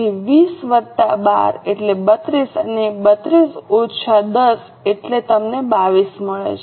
તેથી 20 વત્તા 12 એટલે 32 અને 32 ઓછા 10 એટલે તમને 22 મળે છે